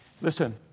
Listen